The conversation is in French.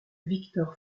viktor